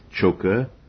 choker